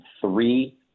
three